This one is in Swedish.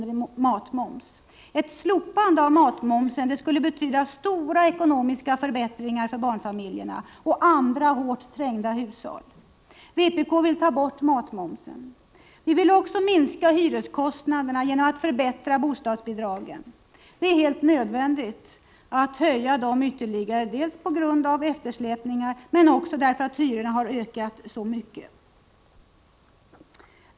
i matmoms. Ett slopande av matmomsen skulle betyda stora ekonomiska förbättringar för barnfamiljerna och andra hårt trängda hushåll. Vpk vill ta bort matmomsen. Vi vill också minska hyreskostnaderna genom att förbättra bostadsbidragen. På grund av eftersläpningarna men också därför att hyrorna har ökat så mycket är det helt nödvändigt att höja barnbidragen ytterligare.